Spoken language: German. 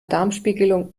darmspiegelung